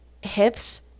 hips